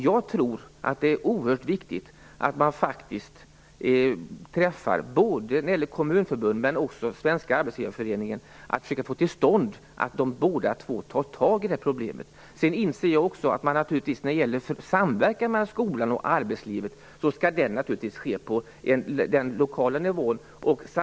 Jag tror att det är oerhört viktigt att både Kommunförbundet och Svenska arbetsgivareföreningen försöker få till stånd att de båda tar tag i problemet. Också jag inser naturligtvis att samverkan mellan skolan och arbetslivet skall ske på lokal nivå.